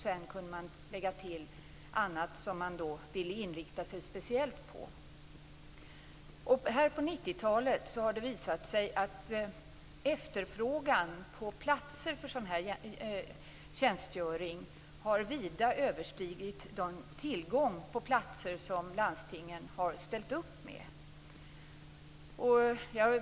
Sedan kunde man lägga till något annat område som man speciellt ville inrikta sig på. Under 90-talet har det visat sig att efterfrågan på AT-platser vida har överstigit den tillgång på platser som landstingen har ställt upp med.